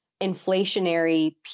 inflationary